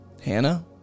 Hannah